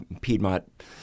Piedmont